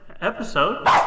episode